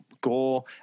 gore